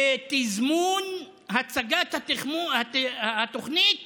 בתזמון הצגת התוכנית